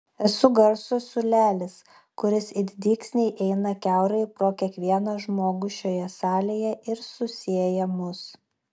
esu garso siūlelis kuris it dygsniai eina kiaurai pro kiekvieną žmogų šioje salėje ir susieja mus